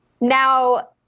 Now